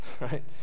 right